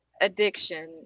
addiction